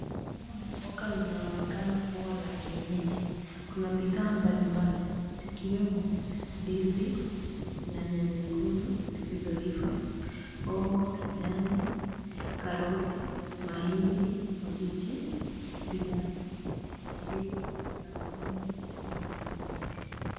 Tuko na mboga linaonekana akuwa la kienyeji, kuna bidhaa mbalimbali zikiwemo ndizi, nyanya nyekundu zilizoiva, hoho kijani, karoti, mahindi mabichi, viazi, mandizi na maembe pamoja na mapera.